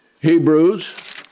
Hebrews